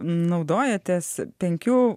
naudojatės penkių